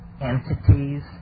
entities